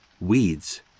weeds